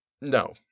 No